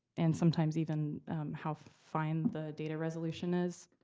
and sometimes even how fine the data resolution is.